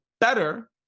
better